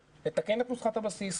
ל תקן את נוסחת הבסיס,